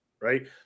right